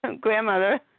grandmother